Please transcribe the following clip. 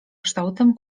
kształtem